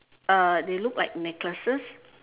uh they look like necklaces